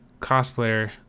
cosplayer